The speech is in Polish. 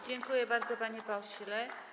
Dziękuję bardzo, panie pośle.